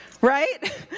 right